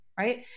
Right